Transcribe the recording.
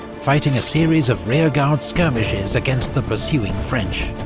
fighting a series of rearguard skirmishes against the pursuing french.